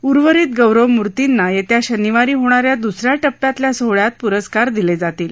उर्वरित गौरवमूर्तींना यस्या शनिवारी होणाऱ्या दुसऱ्या टप्प्यातल्या सोहळ्यात पुरस्कार दिलज्जातील